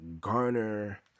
garner